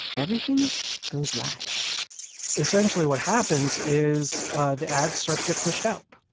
everything goes live essentially, what happens is the ads start to get pushed out,